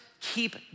keep